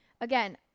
Again